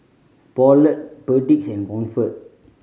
Poulet Perdix and Comfort